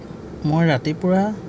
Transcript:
মই ৰাতিপুৱা